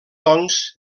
doncs